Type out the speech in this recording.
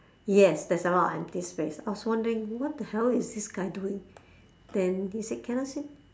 yes there's a lot of empty space I was wondering what the hell is this guy doing then he said can I sit